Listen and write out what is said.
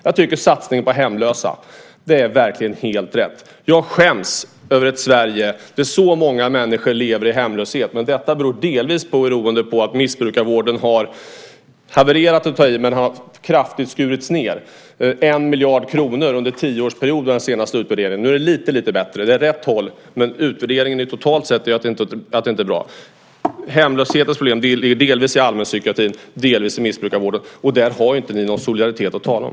Jag tycker att satsningen på hemlösa verkligen är helt rätt. Jag skäms över ett Sverige där så många människor lever i hemlöshet. Detta beror delvis på att missbrukarvården - haverera är att ta i - kraftigt skurits ned, med en miljard kronor under tioårsperioden enligt den senaste utvärderingen. Nu är det lite bättre. Det går åt rätt håll, men utvärderingen visar att det totalt sett inte är bra. Hemlöshet hänför sig delvis till allmänpsykiatrin, delvis till missbrukarvården, och där har ni inte någon solidaritet att tala om.